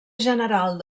general